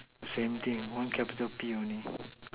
same thing one capital P only